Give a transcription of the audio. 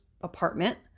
apartment